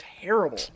terrible